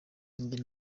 njye